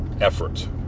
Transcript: effort